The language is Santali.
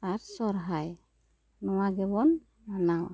ᱟᱨ ᱥᱚᱨᱦᱟᱭ ᱱᱚᱣᱟ ᱜᱮᱵᱚᱱ ᱢᱟᱱᱟᱣᱟ